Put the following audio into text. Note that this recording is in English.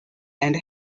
and